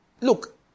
Look